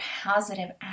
positive